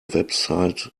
website